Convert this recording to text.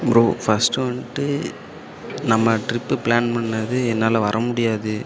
bro first வந்துட்டு நம்ம trip plan பண்ணது என்னால் வர முடியாது